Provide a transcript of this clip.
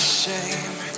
shame